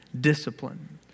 discipline